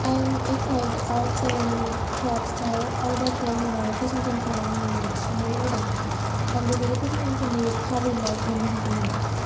आं applied arts and crafts आव आयदाफोर होनाय फसंथानफोराव आंनि मुं थिसन्नो लुगैदों आं बेबायदि फसंथानफोरनि फारिलाइ मोन्नो हागोन नामा